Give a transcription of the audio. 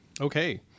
Okay